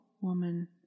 woman